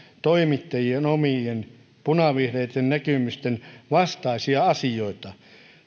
toimittajien omien punavihreitten näkemysten vastaisia asioita